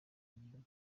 ndaza